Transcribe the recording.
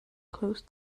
close